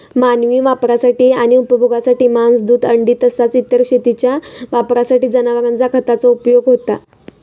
मानवी वापरासाठी आणि उपभोगासाठी मांस, दूध, अंडी तसाच इतर शेतीच्या वापरासाठी जनावरांचा खताचो उपयोग होता